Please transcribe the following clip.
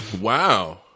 Wow